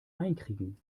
einkriegen